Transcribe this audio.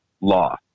law